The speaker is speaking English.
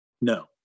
No